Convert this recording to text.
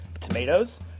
Tomatoes